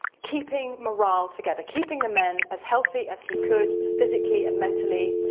keeping morale together, keeping the men as healthy as he could, physically and mentally,